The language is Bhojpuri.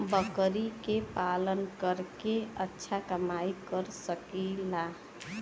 बकरी के पालन करके अच्छा कमाई कर सकीं ला?